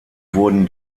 wurden